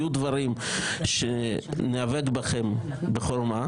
יהיו דברים שניאבק בכם בחורמה,